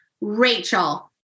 Rachel